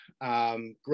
great